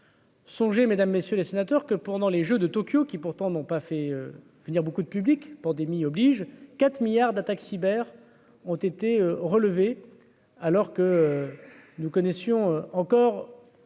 Songez mesdames, messieurs les sénateurs, que pendant les Jeux de Tokyo, qui pourtant n'ont pas fait venir beaucoup de public pandémie oblige 4 milliards d'attaque cyber. Ont été relevés, alors que nous connaissions encore